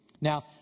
Now